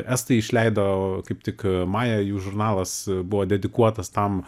estai išleido kaip tik maja jų žurnalas buvo dedikuotas tam